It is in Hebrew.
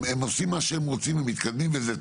הם עושים מה שהם רוצים, הם מתקדמים וזה טוב,